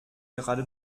gerade